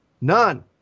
None